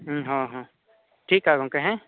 ᱦᱮᱸ ᱦᱮᱸ ᱴᱷᱤᱠᱟ ᱜᱚᱢᱠᱮ ᱦᱮᱸ